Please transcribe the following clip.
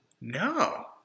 No